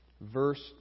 verse